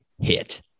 hit